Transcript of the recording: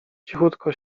cichutko